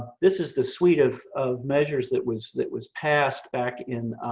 this is the suite of of measures that was that was passed back in